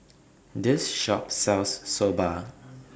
This Shop sells Soba